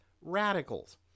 radicals